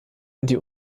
die